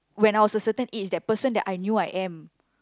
when I was a certain age that person that I knew I am